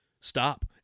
stop